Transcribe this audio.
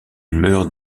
meurt